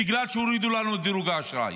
בגלל שהורידו לנו את דירוג האשראי.